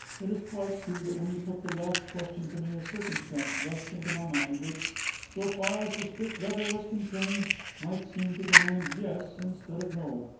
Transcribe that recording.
it is quite true that when you put the last question to me a circumstance rushed into my mind which so far as the strict letter was concerned might seem to demand yes instead of no.